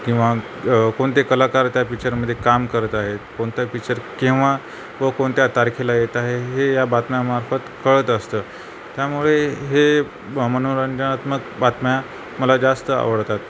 किंवा कोणते कलाकार त्या पिक्चरमध्ये काम करत आहेत कोणत्या पिच्चर किंवा व कोणत्या तारखेला येत आहे हे या बातम्यामार्फत कळत असतं त्यामुळे हे मनोरंजनात्मक बातम्या मला जास्त आवडतात